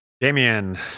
Damien